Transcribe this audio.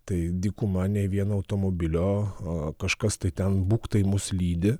tai dykuma nei vieno automobilio o kažkas tai ten būk tai mus lydi